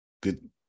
good